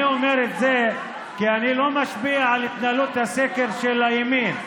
אני אומר את זה כי אני לא משפיע על התנהלות הסקר של הימין.